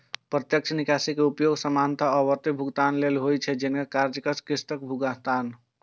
प्रत्यक्ष निकासी के उपयोग सामान्यतः आवर्ती भुगतान लेल होइ छै, जैना कर्जक किस्त के भुगतान